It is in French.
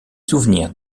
souvenirs